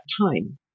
time